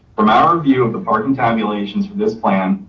from our view of the parking tabulations for this plan,